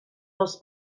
dels